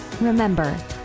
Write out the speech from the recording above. Remember